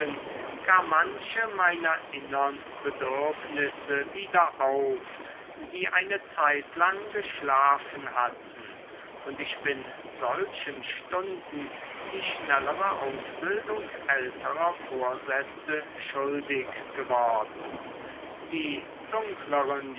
manche meiner innern bedürfnisse wieder auf die eine zeitlang geschlafen hatten und ich bin solchen stunden die schnellere ausbildung älterer vorsätze schuldig geworden die dunkleren